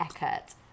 Eckert